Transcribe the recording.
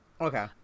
Okay